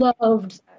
Loved